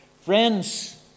friends